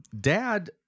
dad